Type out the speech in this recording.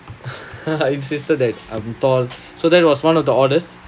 insisted that I'm tall so that was one of the oddest